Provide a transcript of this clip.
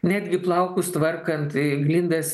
netgi plaukus tvarkant glindas